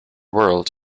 world